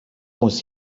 muss